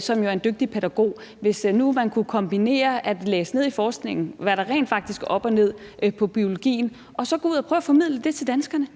som er en dygtig pædagog, noget. Hvis nu ordføreren kunne kombinere at læse ned i forskningen, i forhold til hvad der rent faktisk er op og ned i biologien, og så gå ud og prøve at formidle det til danskerne,